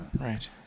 Right